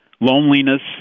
loneliness